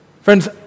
Friends